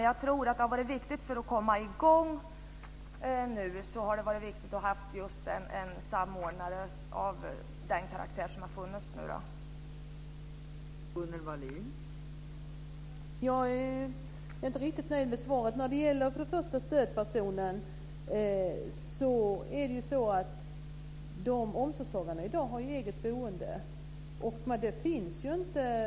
Jag tror att det har varit viktigt att ha en samordnare av den karaktär som har funnits för att komma i gång.